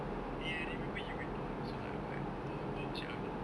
ya eh I remember you were doing also ah but what was what was your artwork about